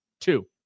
Two